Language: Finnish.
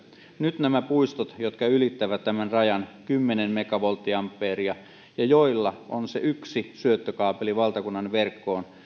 nyt nämä puistot jotka ylittävät tämän rajan kymmenen megavolttiampeeria ja joilla on se yksi syöttökaapeli valtakunnan verkkoon